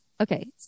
Okay